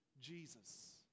Jesus